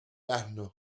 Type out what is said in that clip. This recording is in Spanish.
asno